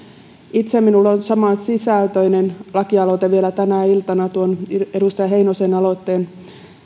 minulla on samansisältöinen lakialoite vielä tänä iltana tämän edustaja heinosen aloitteen